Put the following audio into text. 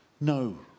No